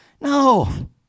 No